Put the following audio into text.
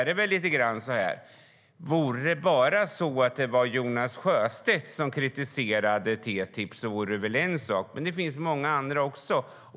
Om det bara var Jonas Sjöstedt som kritiserade TTIP vore det väl en sak, men det finns många andra också.